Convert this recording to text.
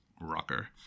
Rocker